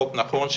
חוק נכון,